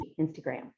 Instagram